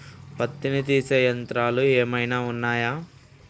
పత్తిని తీసే యంత్రాలు ఏమైనా ఉన్నయా?